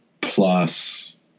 plus